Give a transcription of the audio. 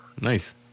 Nice